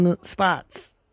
spots